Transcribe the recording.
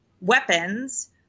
weapons